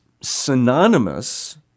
synonymous